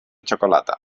xocolata